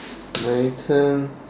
my turn